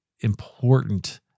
important